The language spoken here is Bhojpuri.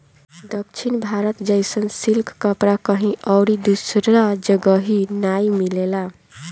दक्षिण भारत जइसन सिल्क कपड़ा कहीं अउरी दूसरा जगही नाइ मिलेला